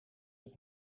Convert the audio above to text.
het